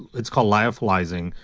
it's called lyophilizing,